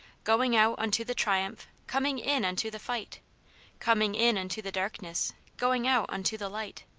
going out unto the triumph, coming in unto the fight coming in unto the darkness, going out unto the light.